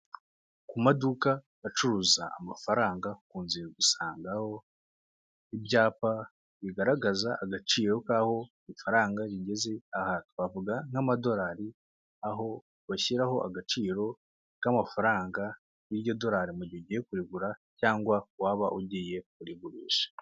Ku maduka acuruza amafaranga ku nzu usangaho ibyapa bigaragaza agaciro k'aho ifaranga rigeze aha twavuga nk'amadolari aho bashyiraho agaciro k'amafaranga y'iryo dolari mu gihe ugiye kurigura cyangwa waba ugiye kurigurisha.